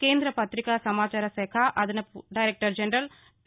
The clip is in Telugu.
కేంద్ర పత్రికా సమాచార శాఖ అదనపు డైరెక్టర్ జనరల్ టీ